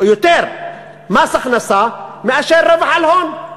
או יותר מס הכנסה מאשר רווח על הון?